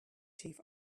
chief